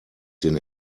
den